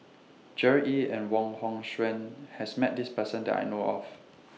Gerard Ee and Wong Hong Suen has Met This Person that I know of